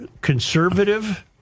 conservative